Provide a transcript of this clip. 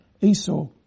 Esau